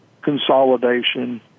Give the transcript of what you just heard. consolidation